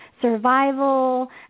survival